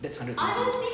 that's hundred twenty